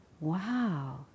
wow